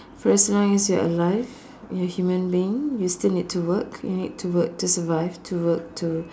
personalise your life you're are a human being you still need to work you need to work to survive to work to